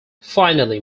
finally